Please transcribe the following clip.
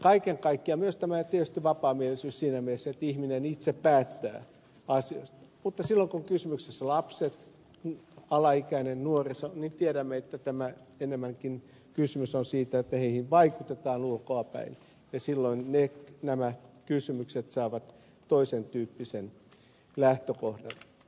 kaiken kaikkiaan on paikallaan myös tietysti tämä vapaamielisyys siinä mielessä että ihminen itse päättää asioista mutta silloin kun ovat kysymyksessä lapset alaikäinen nuoriso niin tiedämme että kysymys on enemmänkin siitä että heihin vaikutetaan ulkoapäin ja silloin nämä kysymykset saavat toisentyyppisen lähtökohdan